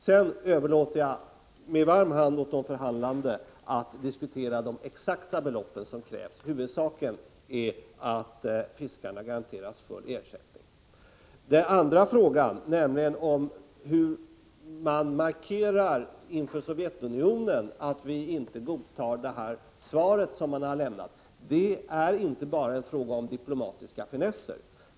Sedan överlåter jag med varm hand åt de förhandlande att diskutera de exakta belopp som krävs. Huvudsaken är att fiskarna garanteras full ersättning. Den andra frågan, hur man inför Sovjetunionen markerar att vi inte godtar det svar som har lämnats, handlar inte bara om diplomatiska finesser.